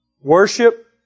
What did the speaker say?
worship